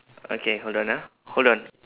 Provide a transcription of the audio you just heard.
okay hold on ah hold on